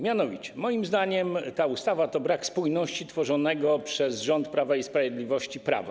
Mianowicie, moim zdaniem ta ustawa to brak spójności tworzonego przez rząd Prawa i Sprawiedliwości prawa.